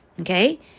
okay